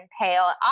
pale